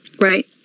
right